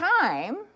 time